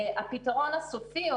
הפתרון הסופי,